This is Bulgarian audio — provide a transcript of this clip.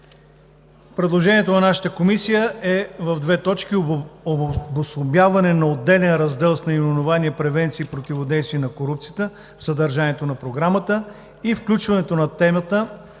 предложението на нашата Комисия е в две точки: обособяването на отделен раздел с наименование „Превенция и противодействие на корупцията“ в съдържанието на Програмата; и включването на темата